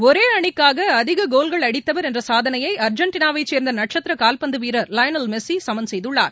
ஒரே அணிக்காக அதிக கோல்கள் அடித்தவர் என்ற சாதனையை அர்ஜெண்டினாவைச் சேர்ந்த நட்சுத்திர கால்பந்து வீரர் லியோனல் மெஸ்ஸி சமன் செய்துள்ளார்